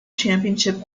championship